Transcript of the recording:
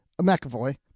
McAvoy